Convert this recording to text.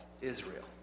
Israel